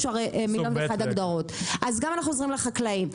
יש הרי מיליון ואחד הגדרות אז גם אנחנו עוזרים לחקלאים,